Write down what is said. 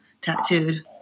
tattooed